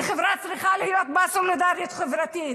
ובחברה צריכה להיות סולידריות חברתית,